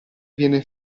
viene